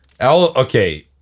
Okay